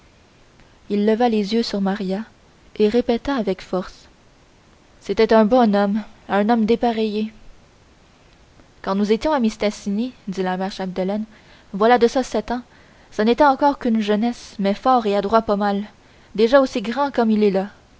il leva les yeux sur maria et répéta avec force c'était un bon homme un homme dépareillé quand nous étions à mistassini dit la mère chapdelaine voilà de ça sept ans ça n'était encore qu'une jeunesse mais fort et adroit pas mal déjà aussi grand comme il est là